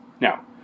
Now